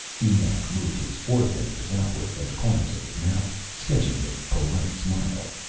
eniac moved his forefingers outward from the corners of his mouth, sketching a polite smile.